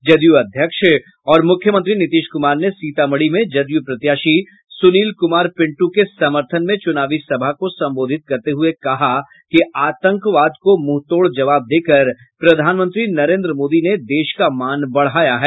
जदयू अध्यक्ष और मुख्यमंत्री नीतीश कुमार ने सीतामढ़ी में जदयू प्रत्याशी सुनील कुमार पिंटू के समर्थन में च्रनावी सभा को संबोधित करते हुए कहा कि आतंकवाद को मुहंतोड़ जवाब देकर प्रधानमंत्री नरेन्द्र मोदी ने देश का मान बढ़ाया है